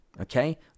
okay